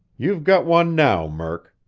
you've got one now, murk.